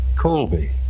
Colby